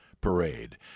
parade